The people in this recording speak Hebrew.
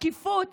השקיפות